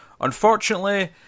Unfortunately